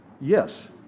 yes